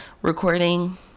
recording